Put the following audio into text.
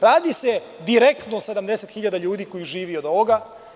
Radi se direktno o 70.000 ljudi koji žive od ovoga.